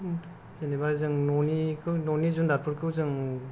जेनेबा जों न'निखौ न'नि जुनारफोरखौ जों